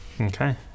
Okay